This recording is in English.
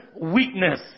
weakness